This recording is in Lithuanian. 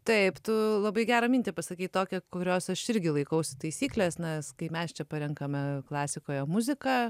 taip tu labai gerą mintį pasakei tokią kurios aš irgi laikausi taisyklės nes kai mes čia parenkame klasikoje muziką